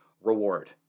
reward